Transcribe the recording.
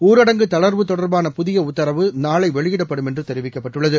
ஊரடங்குதளர்வுதொடர்பானபுதியஉத்தரவுநாளைவெளியிடப்படும்என்றுதெரிவிக் கப்பட்டுள்ளது